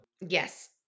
Yes